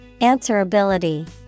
Answerability